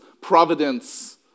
providence